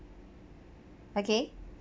okay